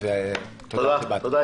תודה.